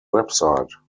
website